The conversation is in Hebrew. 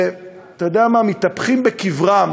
ואתה יודע מה, ומתהפכים בקברם